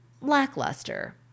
lackluster